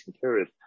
period